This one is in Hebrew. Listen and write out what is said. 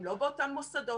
הם לא באותם מוסדות.